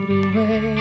away